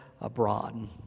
abroad